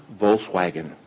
Volkswagen